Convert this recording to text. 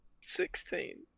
sixteen